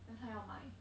then 她要买